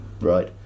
Right